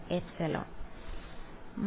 വിദ്യാർത്ഥി ε